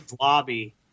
lobby